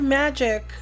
magic